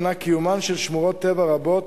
קיומן של שמורות טבע רבות,